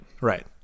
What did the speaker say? right